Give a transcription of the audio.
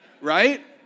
Right